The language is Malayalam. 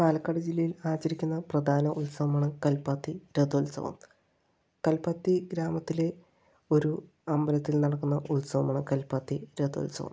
പാലക്കാട് ജില്ലയിൽ ആചരിക്കുന്ന പ്രധാന ഉത്സവമാണ് കൽപ്പാത്തി രഥോത്സവം കൽപ്പാത്തി ഗ്രാമത്തിലെ ഒരു അമ്പലത്തിൽ നടക്കുന്ന ഉത്സവമാണ് കൽപ്പാത്തി രഥോത്സവം